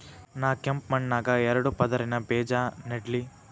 ನಾ ಕೆಂಪ್ ಮಣ್ಣಾಗ ಎರಡು ಪದರಿನ ಬೇಜಾ ನೆಡ್ಲಿ?